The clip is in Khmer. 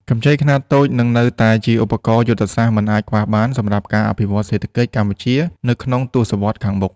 កម្ចីខ្នាតតូចនឹងនៅតែជាឧបករណ៍យុទ្ធសាស្ត្រមិនអាចខ្វះបាន សម្រាប់ការអភិវឌ្ឍសេដ្ឋកិច្ចកម្ពុជានៅក្នុងទសវត្សរ៍ខាងមុខ។